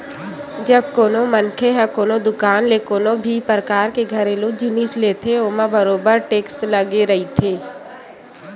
जब कोनो मनखे ह कोनो दुकान ले कोनो भी परकार के घरेलू जिनिस लेथे ओमा बरोबर टेक्स लगे रहिथे